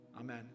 Amen